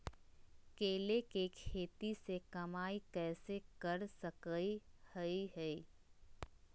केले के खेती से कमाई कैसे कर सकय हयय?